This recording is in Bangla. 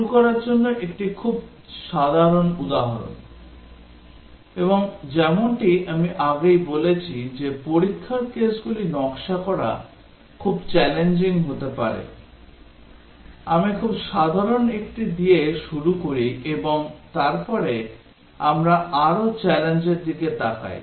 শুরু করার জন্য একটি খুব সাধারণ উদাহরণ এবং যেমনটি আমি আগেই বলেছি যে পরীক্ষার কেসগুলি নকশা করা খুব চ্যালেঞ্জিং হতে পারে আমি খুব সাধারণ একটি দিয়ে শুরু করি এবং তারপরে আমরা আরও চ্যালেঞ্জের দিকে তাকাই